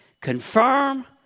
confirm